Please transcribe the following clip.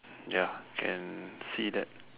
ya can see that